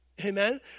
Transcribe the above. Amen